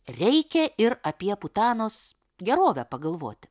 reikia ir apie putanos gerovę pagalvoti